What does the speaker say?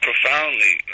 profoundly